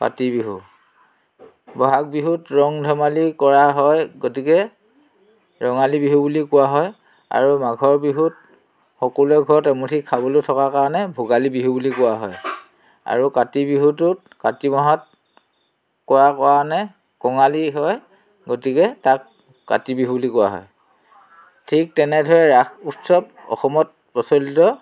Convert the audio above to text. কাতি বিহু ব'হাগ বিহুত ৰং ধেমালি কৰা হয় গতিকে ৰঙালী বিহু বুলিও কোৱা হয় আৰু মাঘৰ বিহুত সকলোৰে ঘৰত এমুঠি খাবলৈ থকাৰ কাৰণে ভোগালী বিহু বুলি কোৱা হয় আৰু কাতি বিহুটোত কাতি মাহত কৰা কাৰণে কঙালী হয় গতিকে তাক কাতি বিহু বুলি কোৱা হয় ঠিক তেনেদৰে ৰাস উৎসৱ অসমত প্ৰচলিত